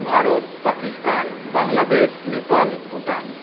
Bharat Pakistan Bangladesh Nepal Bhutan